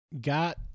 got